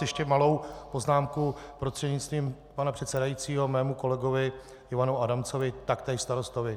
Ještě malou poznámku prostřednictvím pana předsedajícího mému kolegovi Ivanu Adamcovi, taktéž starostovi.